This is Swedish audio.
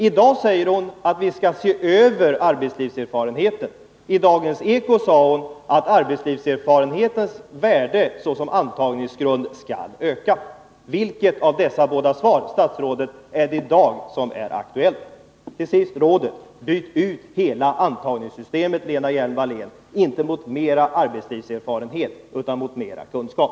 I dag säger Lena Hjelm-Wallén att man skall se över reglerna om arbetslivserfarenhet som antagningsgrund. I Dagens eko sade hon att arbetslivserfarenhetens värde såsom antagningsgrund skall öka. Vilket av dessa båda svar är det som gäller? Till sist ett råd: Byt ut hela antagningssystemet, Lena Hjelm-Wallén, inte mot mera arbetslivserfarenhet utan mot mera kunskap!